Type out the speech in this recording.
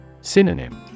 Synonym